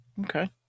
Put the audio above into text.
Okay